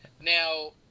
Now